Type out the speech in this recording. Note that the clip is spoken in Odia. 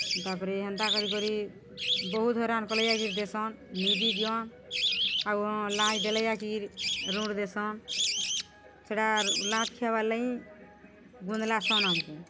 ତାପରେ ହେନ୍ତା କରି କରି ବହୁତ୍ ହାଇରାଣ୍ କଲେଯାଇକିର୍ ଦେସନ୍ ନି ବି ଦିଅନ୍ ଆଉ ହଁ ଲାଞ୍ଚ୍ ଦେଲେ ଜାକିର୍ ଋଣ୍ ଦେସନ୍ ସେଟା ଲାଞ୍ଚ୍ ଖିଆବାର୍ ଲାଗି ଗୁନ୍ଦ୍ଲାସନ୍ ଆମ୍କୁ